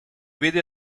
vede